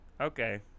Okay